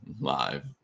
Live